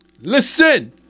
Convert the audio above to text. Listen